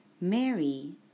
Mary